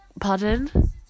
Pardon